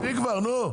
מספיק כבר נו.